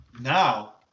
now